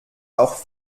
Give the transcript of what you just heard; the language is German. auch